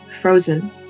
frozen